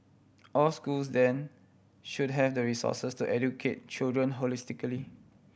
all schools then should have the resources to educate children holistically